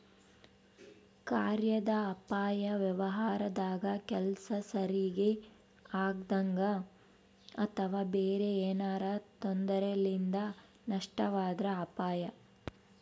ಕಾರ್ಯಾದ ಅಪಾಯ ವ್ಯವಹಾರದಾಗ ಕೆಲ್ಸ ಸರಿಗಿ ಆಗದಂಗ ಅಥವಾ ಬೇರೆ ಏನಾರಾ ತೊಂದರೆಲಿಂದ ನಷ್ಟವಾದ್ರ ಅಪಾಯ